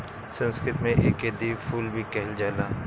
संस्कृत में एके दिव्य फूल भी कहल जाला